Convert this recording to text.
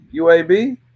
UAB